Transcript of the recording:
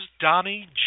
Donnie